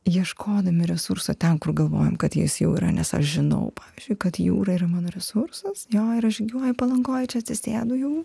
ieškodami resursų ten kur galvojam kad jis jau yra nes aš žinau pavyzdžiui kad jūra yra mano resursas jo ir aš žygiuoju palangoj čia atsisėdu jau